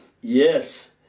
yes